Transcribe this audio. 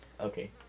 Okay